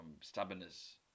stubbornness